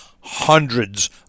hundreds